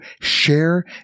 share